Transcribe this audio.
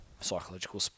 psychological